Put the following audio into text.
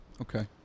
Okay